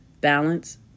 balance